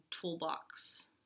toolbox